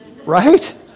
right